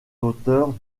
hauteurs